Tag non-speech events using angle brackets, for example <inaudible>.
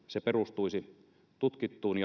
perustuisi tutkittuun <unintelligible>